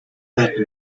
that